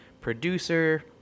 producer